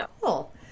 Cool